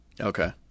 okay